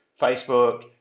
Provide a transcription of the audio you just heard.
facebook